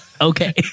okay